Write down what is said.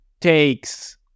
takes